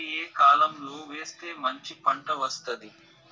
Seed వరి ఏ కాలం లో వేస్తే మంచి పంట వస్తది?